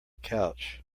couch